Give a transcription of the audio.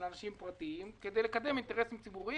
אנשים פרטיים כדי לקדם אינטרסים ציבוריים.